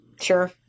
Sure